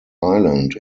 island